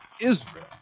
Israel